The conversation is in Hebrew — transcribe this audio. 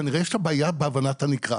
כנראה שיש לה בעיה בהבנת הנקרא,